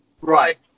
Right